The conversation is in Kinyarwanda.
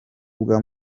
bwa